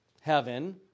heaven